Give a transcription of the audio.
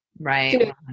Right